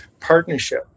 Partnership